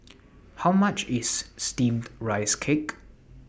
How much IS Steamed Rice Cake